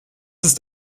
ist